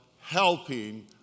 helping